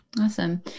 Awesome